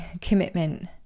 commitment